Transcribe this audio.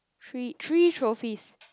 three three trophies